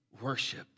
worship